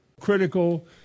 critical